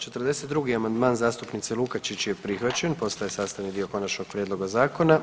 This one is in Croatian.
42. amandman zastupnice Lukačić je prihvaćen, postaje sastavni dio konačnog prijedloga zakona.